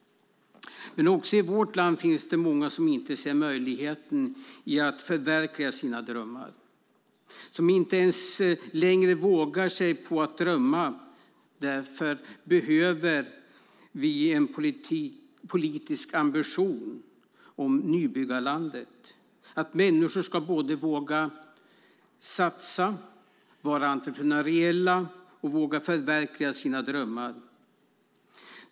Men också i vårt land finns det många som inte ser någon möjlighet att förverkliga sina drömmar. De vågar inte ens drömma längre. Därför behöver vi en politisk ambition om nybyggarlandet. Människor ska våga satsa, vara entreprenöriella och förverkliga sina drömmar.